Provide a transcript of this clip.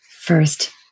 first